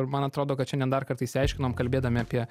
man atrodo kad šiandien dar kartą išsiaiškinom kalbėdami apie